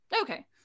okay